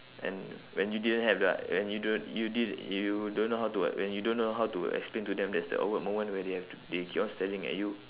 and when you didn't have the when you don~ you did~ you don't know how to when you don't know how to explain to them that's the awkward moment where they have to they keep on staring at you